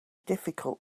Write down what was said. difficult